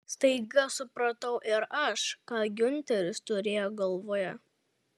staiga supratau ir aš ką giunteris turėjo galvoje